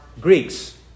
Greeks